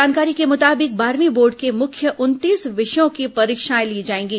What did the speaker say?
जानकारी के मुताबिक बारहवीं बोर्ड के मुख्य उनतीस विषयों की परीक्षाएं ली जाएंगी